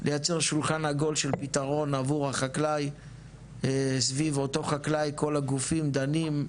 לייצר שולחן עגול של פתרון עבור החקלאי סביב אותו חקלאי כל הגופים דנים,